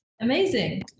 amazing